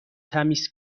تمیز